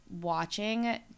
watching